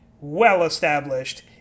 well-established